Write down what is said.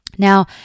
Now